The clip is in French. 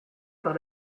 par